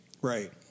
right